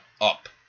up